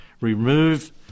remove